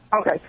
Okay